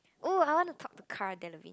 oh I want to talk to Cara Delevingne